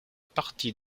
partie